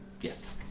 Yes